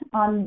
on